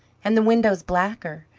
and the windows blacker,